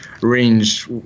range